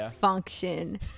function